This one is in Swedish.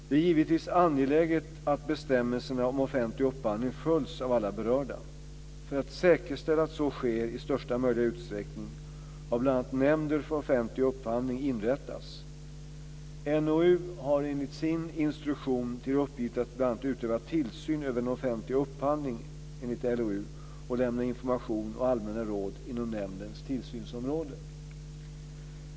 Det är givetvis angeläget att bestämmelserna om offentlig upphandling följs av alla berörda. För att säkerställa att så sker i största möjliga utsträckning har bl.a. Nämnden för offentlig upphandling, NOU, inrättats. NOU har enligt sin instruktion till uppgift att bl.a. utöva tillsyn över den offentliga upphandlingen enligt LOU och att lämna information och allmänna råd inom nämndens tillsynsområden.